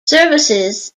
services